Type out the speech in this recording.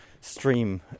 stream